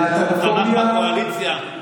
ותמך בקואליציה.